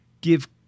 give